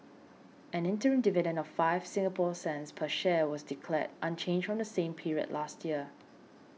an interim dividend of five Singapore cents per share was declared unchanged from the same period last year